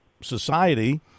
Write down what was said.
society